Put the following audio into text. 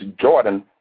Jordan